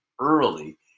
early